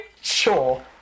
Sure